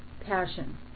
passion